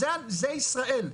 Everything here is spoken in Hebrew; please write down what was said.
זה ישראל,